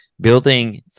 building